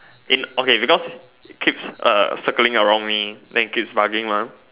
in okay because keeps circling around me then keeps bugging mah